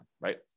right